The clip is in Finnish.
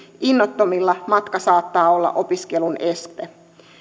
innottomilla matka saattaa olla opiskelun este